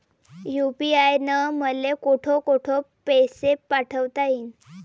UPI न मले कोठ कोठ पैसे पाठवता येईन?